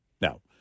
Now